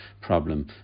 problem